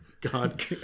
God